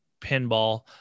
pinball